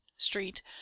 Street